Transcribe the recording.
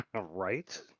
Right